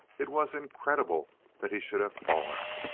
it was incredible that he should have fallen.